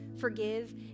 forgive